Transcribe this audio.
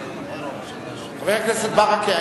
חבר הכנסת ברכה,